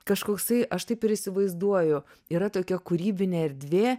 kažkoksai aš taip ir įsivaizduoju yra tokia kūrybinė erdvė